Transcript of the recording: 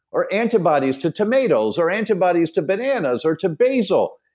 or antibodies to tomatoes, or antibodies to bananas, or to basil.